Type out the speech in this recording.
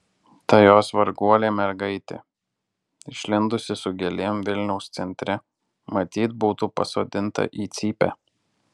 ta jos varguolė mergaitė išlindusi su gėlėm vilniaus centre matyt būtų pasodinta į cypę